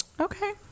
Okay